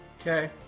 Okay